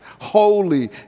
holy